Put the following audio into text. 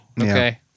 Okay